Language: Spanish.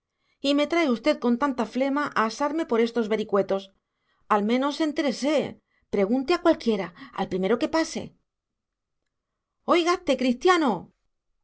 y me trae usted con tanta flema a asarme por estos vericuetos al menos entérese pregunte a cualquiera al primero que pase oigasté cristiano